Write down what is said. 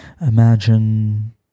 Imagine